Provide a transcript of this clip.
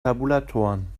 tabulatoren